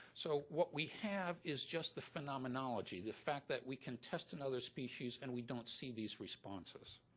so what we have is just the phenomenology, the fact that we can test another species and we don't see these responses.